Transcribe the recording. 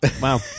Wow